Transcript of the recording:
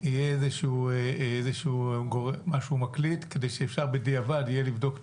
יהיה איזשהו משהו מקליט כדי שאפשר יהיה בדיעבד לבדוק תלונות.